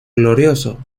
glorioso